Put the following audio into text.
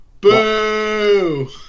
Boo